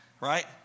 right